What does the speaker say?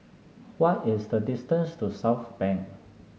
what is the distance to Southbank